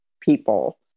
people